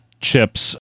chips